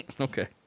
Okay